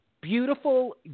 beautiful